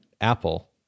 apple